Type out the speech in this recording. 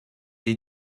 les